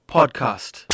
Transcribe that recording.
Podcast